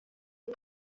ubu